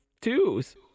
twos